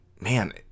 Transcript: man